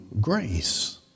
grace